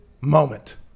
moment